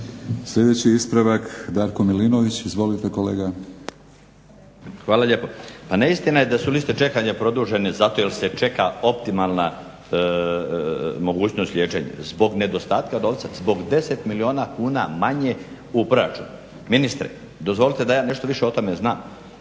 Sljedeći ispravak Darko Milinović. Izvolite kolega. **Milinović, Darko (HDZ)** Hvala lijepo. Pa neistina je da su liste čekanja produžene zato jer se čeka optimalna mogućnost liječenja. Zbog nedostatka novca, zbog 10 milijuna kuna manje u proračunu. Ministre, dozvolite da ja nešto više o tome znam.